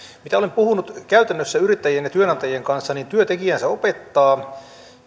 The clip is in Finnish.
mitä olen puhunut käytännössä yrittäjien ja työantajien kanssa niin työ tekijäänsä opettaa